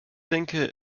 denke